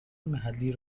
محلی